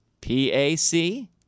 P-A-C